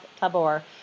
tabor